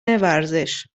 ورزش